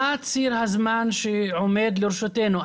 מה ציר הזמן שעומד לרשותנו?